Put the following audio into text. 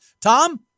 Tom